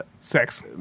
sex